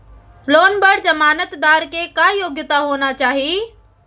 Loan बर जमानतदार के का योग्यता होना चाही?